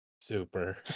super